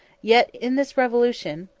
yet in this revolution,